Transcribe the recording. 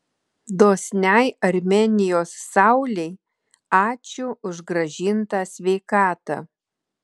dosniai armėnijos saulei ačiū už grąžintą sveikatą